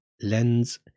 lens